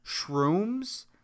shrooms